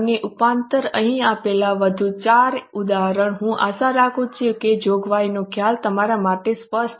અને ઉપરાંત અહીં આપેલા વધુ ચાર ઉદાહરણો હું આશા રાખું છું કે જોગવાઈનો ખ્યાલ તમારા માટે સ્પષ્ટ છે